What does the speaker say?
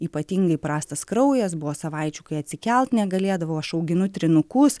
ypatingai prastas kraujas buvo savaičių kai atsikelt negalėdavau aš auginu trynukus